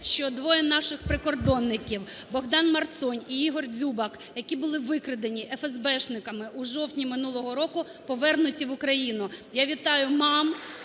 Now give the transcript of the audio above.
що двоє наших прикордонників БогданМарцонь і Ігор Дзюбак, які були викрадені ефесбешниками у жовтні минулого року, повернуті в Україну. Я вітаю мам,